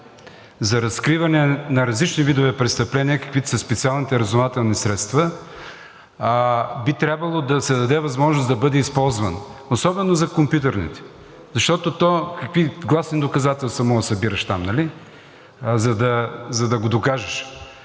за разкриване на различни видове престъпления, каквито са специалните разузнавателни средства, би трябвало да се даде възможност да бъде използван особено за компютърните, защото какви гласни доказателства можеш да събираш там, нали, за да го докажеш.